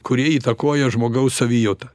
kurie įtakoja žmogaus savijautą